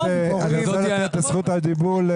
אני רוצה לתת את זכות הדיבור ל